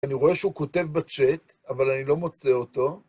אני רואה שהוא כותב בצ'אט, אבל אני לא מוצא אותו.